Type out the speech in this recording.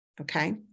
okay